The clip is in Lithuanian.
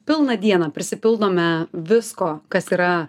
pilną dieną prisipildome visko kas yra